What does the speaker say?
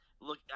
look